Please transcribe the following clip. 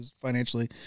financially